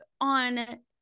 on